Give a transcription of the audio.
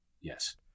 Yes